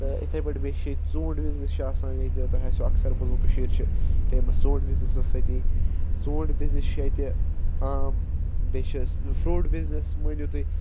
تہٕ اتھے پٲٹھۍ بیٚیہِ چھُ ییٚتہِ ژونٛٹھۍ بِزنِس چھُ آسان ییٚتہِ تۄہہِ آسو اکثر بوٗزمُت کٔشیٖر چھِ فیمس ژونٛٹھۍ بِزنسس سۭتۍ ژونٛٹھۍ بِزنِس چھُ ییٚتہِ عام بیٚیہِ چھُ فروٗٹ بِزنِس مٲنِو تُہۍ